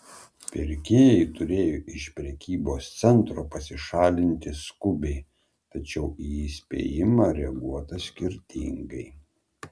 pirkėjai turėjo iš prekybos centro pasišalinti skubiai tačiau į įspėjimą reaguota skirtingai